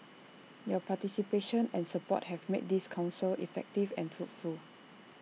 your participation and support have made this Council effective and fruitful